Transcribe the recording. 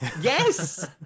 Yes